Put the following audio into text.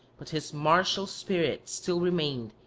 but his martial spirit still remained,